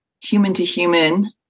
Human-to-Human